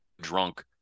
drunk